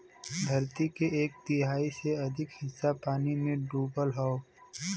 धरती के एक तिहाई से अधिक हिस्सा पानी में डूबल हौ